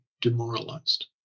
demoralized